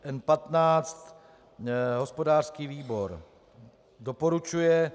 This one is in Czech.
N15 hospodářský výbor doporučuje.